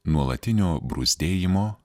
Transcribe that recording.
nuolatinio bruzdėjimo